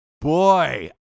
Boy